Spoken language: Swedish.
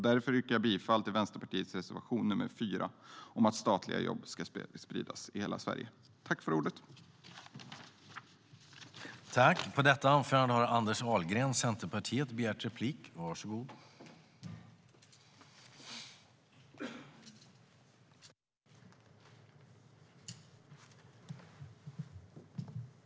Därför yrkar jag bifall till Vänsterpartiets reservation nr 4 om att statliga jobb ska spridas i hela Sverige.